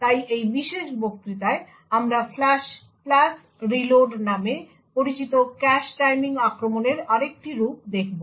তাই এই বিশেষ বক্তৃতায় আমরা ফ্লাশ রিলোড নামে পরিচিত ক্যাশ টাইমিং আক্রমণের আরেকটি রূপ দেখব